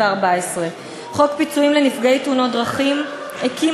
חוק פיצויים לנפגעי תאונות דרכים הקים